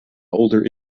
older